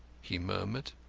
he murmured.